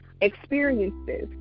experiences